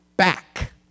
back